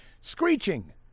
screeching